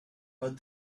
what